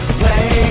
play